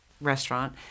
restaurant